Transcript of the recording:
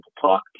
talk